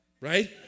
right